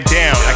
down